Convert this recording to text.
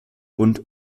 und